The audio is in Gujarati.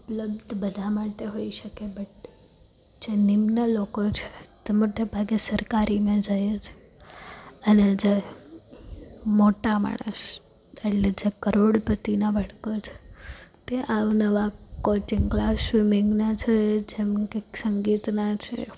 ઉપલબ્ધ બધા માટે હોઈ શકે બટ જે નિમ્ન લોકો છે તે મોટે ભાગે સરકારીમાં જાય છે અને જે મોટા માણસ એટલે જે કરોડપતિના બાળકો છે તે આવનવાં કોચિંગ ક્લાસ સ્વિમિંગના છે જેમ કે સંગીતના છે